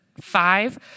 five